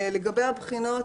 לגבי הבחינות,